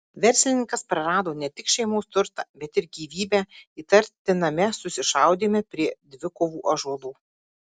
verslininkas prarado ne tik šeimos turtą bet ir gyvybę įtartiname susišaudyme prie dvikovų ąžuolų